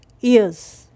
ears